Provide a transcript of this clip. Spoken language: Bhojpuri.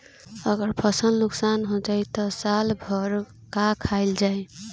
अगर फसल नुकसान हो जाई त साल भर का खाईल जाई